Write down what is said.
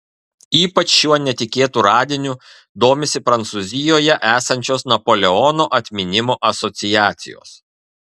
ypač šiuo netikėtu radiniu domisi prancūzijoje esančios napoleono atminimo asociacijos